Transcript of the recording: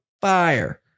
fire